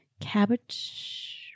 cabbage